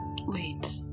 Wait